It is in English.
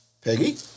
Peggy